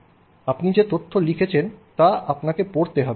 আপনি যে তথ্য লিখেছেন তা আপনাকে পড়তে হবে